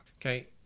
Okay